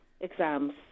exams